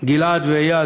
גיל-עד ואיל,